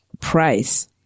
price